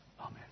Amen